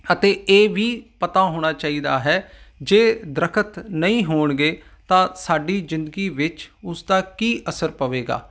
ਅਤੇ ਇਹ ਵੀ ਪਤਾ ਹੋਣਾ ਚਾਹੀਦਾ ਹੈ ਜੇ ਦਰੱਖਤ ਨਹੀਂ ਹੋਣਗੇ ਤਾਂ ਸਾਡੀ ਜ਼ਿੰਦਗੀ ਵਿੱਚ ਉਸ ਦਾ ਕੀ ਅਸਰ ਪਵੇਗਾ